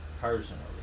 personally